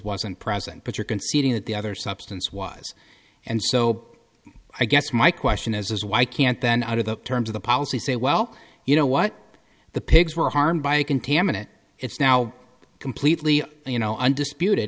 wasn't present but you're conceding that the other substance was and so i guess my question is why can't then out of the terms of the policy say well you know what the pigs were harmed by a contaminant it's now completely you know undisputed